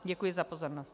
Děkuji za pozornost.